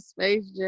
Space